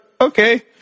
okay